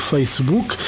Facebook